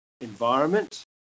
environment